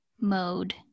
mode